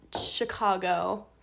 Chicago